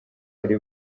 ari